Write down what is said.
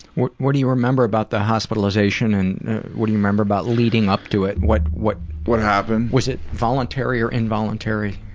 what what do you remember about the hospitalization and what do you remember about leading up to it? what what happened? was it voluntary or involuntary?